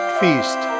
feast